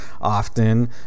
often